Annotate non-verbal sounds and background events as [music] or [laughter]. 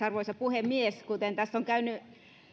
[unintelligible] arvoisa puhemies kuten tässä on käynyt